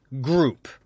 group